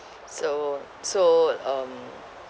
so so um